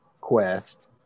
quest